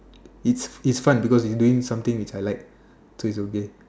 it's is fun because it's doing something which I like so it's okay